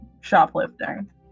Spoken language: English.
shoplifting